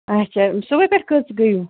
اچھا صُبحٲے پٮ۪ٹھ کٔژ گٔیوٕ